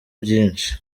byinshi